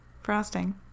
frosting